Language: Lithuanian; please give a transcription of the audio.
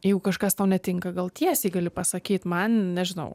jeigu kažkas tau netinka gal tiesiai gali pasakyt man nežinau